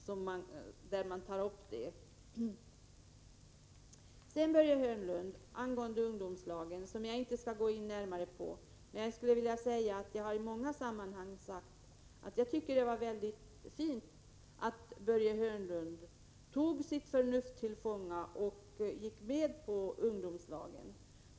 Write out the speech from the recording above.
Jag skall inte närmare gå in på vad Börje Hörnlund sade om ungdomslagen. Jag skulle bara vilja nämna att jag i många sammanhang sagt att jag tycker att det var väldigt fint att Börje Hörnlund tog sitt förnuft till fånga och gick med på ungdomslag.